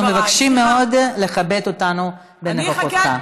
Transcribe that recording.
אנחנו מבקשים מאוד לכבד אותנו בנוכחותך.